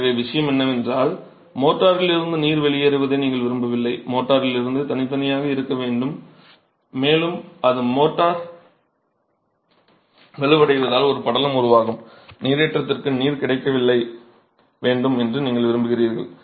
எனவே விஷயம் என்னவென்றால் மோர்டரில் இருந்து நீர் வெளியேறுவதை நீங்கள் விரும்பவில்லை மோர்டரில் இருந்து தனித்தனியாக இருக்க வேண்டும் மேலும் இது மோர்ட்டார் வலுவடைவதால் ஒரு படலம் உருவாகும் நீரேற்றத்திற்கு நீர் கிடைக்க வேண்டும் என்று நீங்கள் விரும்புகிறீர்கள்